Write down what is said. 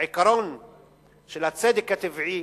העיקרון של הצדק הטבעי,